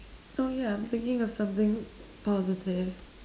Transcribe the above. no yeah I'm thinking of something positive